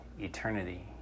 eternity